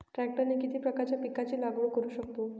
ट्रॅक्टरने किती प्रकारच्या पिकाची लागवड करु शकतो?